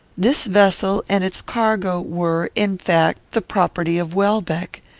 this vessel and its cargo were, in fact, the property of welbeck.